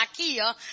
IKEA